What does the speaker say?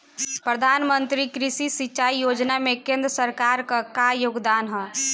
प्रधानमंत्री कृषि सिंचाई योजना में केंद्र सरकार क का योगदान ह?